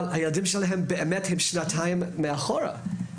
אבל הילדים שלהם נמצאים שנתיים מאחור.